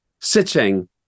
sitting